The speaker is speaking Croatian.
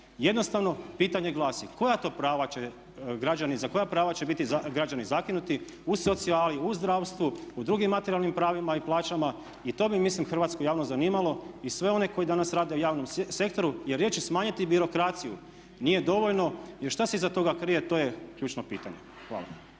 koja to prava će građani, za koja prava će biti građani zakinuti u socijali, u zdravstvu, u drugim materijalnim pravima i plaćama i to bi mislim hrvatsku javnost zanimalo i sve one koji danas rade u javnom sektoru jer riječi smanjiti birokraciju nije dovoljno. Jer što se iza toga krije? To je ključno pitanje. Hvala.